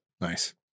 nice